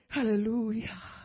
Hallelujah